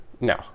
No